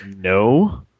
no